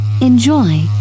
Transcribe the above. enjoy